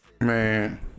man